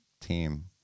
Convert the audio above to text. team